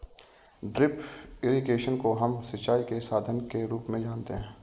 drip irrigation को हम सिंचाई के साधन के रूप में जानते है